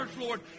Lord